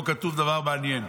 פה כתוב דבר מעניין.